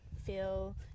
feel